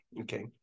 Okay